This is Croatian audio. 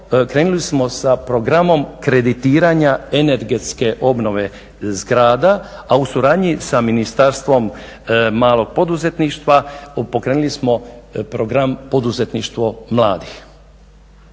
krenuli smo sa Programom kreditiranja energetske obnove zgrada a u suradnji sa Ministarstvom malog poduzetništva pokrenuli smo Program poduzetništvo mladih.